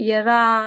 era